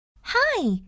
Hi